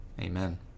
Amen